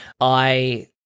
I-